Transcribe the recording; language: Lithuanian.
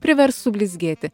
privers sublizgėti